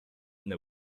know